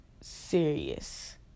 serious